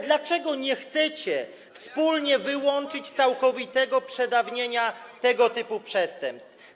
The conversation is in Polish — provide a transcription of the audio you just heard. Dlaczego nie chcecie wspólnie wyłączyć całkowitego przedawnienia tego typu przestępstw?